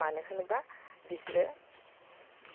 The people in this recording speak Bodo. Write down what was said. मानो होनोबा बिस्रो